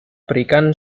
berikan